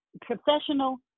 professional